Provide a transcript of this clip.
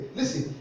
Listen